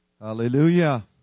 Hallelujah